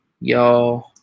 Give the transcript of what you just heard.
y'all